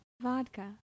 Vodka